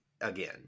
again